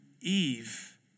eve